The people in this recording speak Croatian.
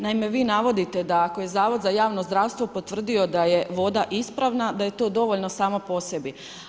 Naime, vi navodite da ako je Zakon za javno zdravstvo potvrdio da je voda ispravna, da je to dovoljno samo po sebi.